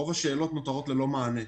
רוב השאלות נותרות ללא מענה.